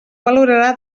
valorarà